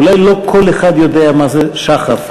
אולי לא כל אחד יודע מה זה שח"ף.